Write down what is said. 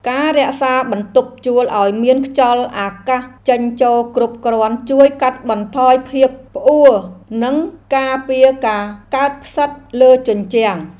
ការរក្សាបន្ទប់ជួលឱ្យមានខ្យល់អាកាសចេញចូលគ្រប់គ្រាន់ជួយកាត់បន្ថយភាពផ្អួរនិងការពារការកើតផ្សិតលើជញ្ជាំង។